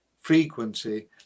frequency